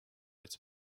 its